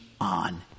on